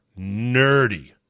nerdy